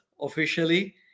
officially